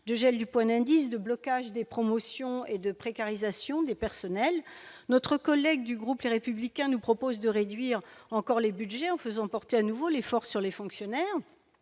de blocage des promotions et de précarisation des personnels notre collègue du groupe, les républicains nous propose de réduire encore les Budgets en faisant porter à nouveau l'effort sur les fonctionnaires,